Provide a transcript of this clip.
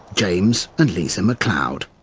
james and lisa macleod.